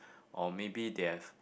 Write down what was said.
or maybe they have